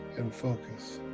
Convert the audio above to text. and focus.